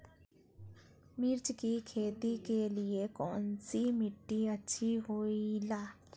मिर्च की खेती के लिए कौन सी मिट्टी अच्छी होईला?